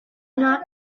not